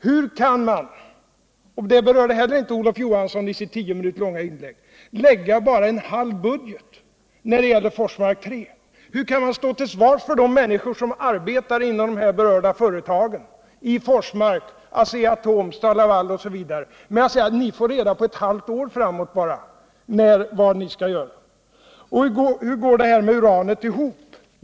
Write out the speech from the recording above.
Hur kan man — det berörde Olof Johansson inte heller i sitt tio minuter långa inlägg — lägga fram bara en halv budget när det gäller Forsmark 3? Hur kan man står till svars för de människor som arbetar i de berörda företagen —- i Forsmark, Asea-Atom, STAL-Laval, osv. — med att säga: Ni får reda på ett halvt år framåt bara vad ni skall göra. Och hur går det här med uranet ihop?